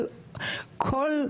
של כולם,